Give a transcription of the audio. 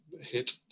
hit